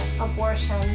abortion